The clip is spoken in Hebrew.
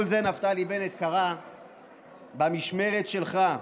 כל זה, נפתלי בנט, קרה במשמרת שלך.